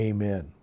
Amen